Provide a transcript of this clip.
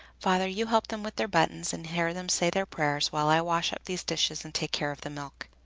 father, you help them with their buttons, and hear them say their prayers, while i wash up these dishes and take care of the milk.